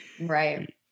Right